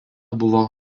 buvo